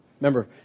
Remember